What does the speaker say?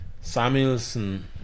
Samuelson